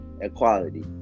equality